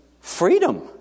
freedom